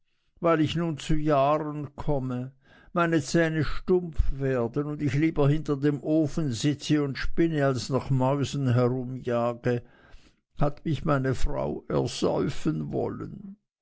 weil ich nun zu jahren komme meine zähne stumpf werden und ich lieber hinter dem ofen sitze und spinne als nach mäusen herumjage hat mich meine frau ersäufen wollen